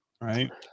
right